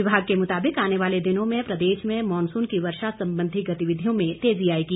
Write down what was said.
विभाग के मुताबिक आने वाले दिनों में प्रदेश में मॉनसून की वर्षा संबंधी गतिविधियों में तेजी आएगी